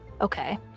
Okay